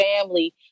family